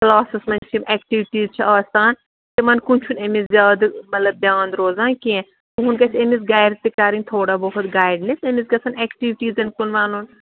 کٕلاسَس منٛز چھِ یِم ایٚکٹِوٹیٖز چھِ آسان تِمَن کُن چھُ نہٕ أمِس زیادٕ مطلب دیان روزان کینٛہہ تُہُنٛد گژھِ أمِس گَرِ تہِ کَرٕنۍ تھوڑا بہت گایِنِس أمِس گژھن ایٚکٹِوٹیٖزَن کُن وَنُن